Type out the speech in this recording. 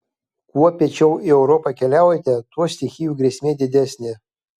kuo piečiau į europą keliaujate tuo stichijų grėsmė didesnė